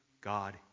God